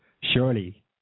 surely